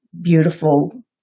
beautiful